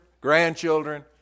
grandchildren